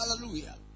Hallelujah